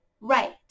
right